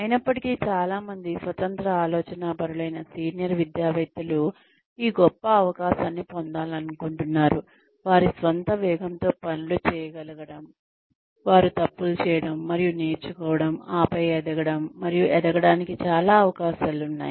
అయినప్పటికీ చాలా మంది స్వతంత్ర ఆలోచనాపరులైన సీనియర్ విద్యావేత్తలు ఈ గొప్ప అవకాశాన్ని పొందాలనుకుంటున్నారువారి స్వంత వేగంతో పనులు చేయగలగడం వారు తప్పులు చేయడం మరియు నేర్చుకోవడం ఆపై ఎదగడం మరియు ఎదగడానికి చాలా అవకాశాలు ఉన్నాయి